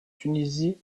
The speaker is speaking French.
tunisie